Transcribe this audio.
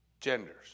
genders